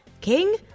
King